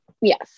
yes